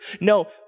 No